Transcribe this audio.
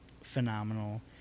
phenomenal